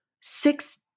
six